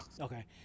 Okay